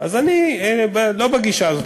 אני לא בגישה הזאת.